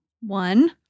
One